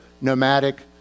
nomadic